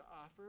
offer